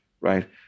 right